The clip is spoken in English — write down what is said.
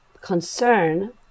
concern